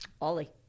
Ollie